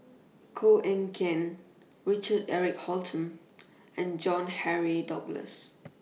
Koh Eng Kian Richard Eric Holttum and John Henry Duclos